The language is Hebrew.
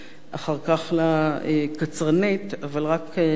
אחר כך לקצרנית, אבל רק אדגים.